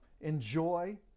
enjoy